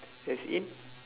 as in